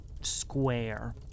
square